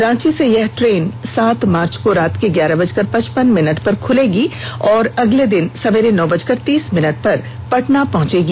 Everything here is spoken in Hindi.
रांची से यह ट्रेन सात मार्च को रात के ग्यारह बजकर पचपन भिनट पर खुलेगी और अगले दिन सवेरे नौ बजकर तीस मिनट पर पटना पहुंचेगी